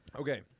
Okay